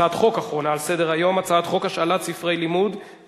הצעת חוק החוזים האחידים (תיקון,